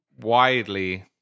widely